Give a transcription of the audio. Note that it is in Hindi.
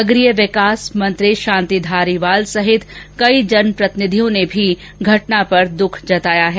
नगरीय विकास मंत्री शांति धारीवाल सहित कई जनप्रतिनिधियों ने भी घटना पर दुख जताया है